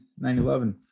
9-11